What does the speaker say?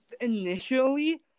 initially